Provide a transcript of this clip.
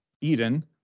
eden